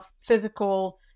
physical